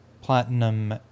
Platinum